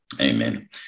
Amen